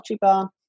Bar